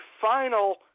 final